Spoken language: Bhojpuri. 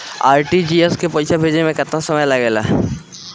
आर.टी.जी.एस से पैसा भेजे में केतना समय लगे ला?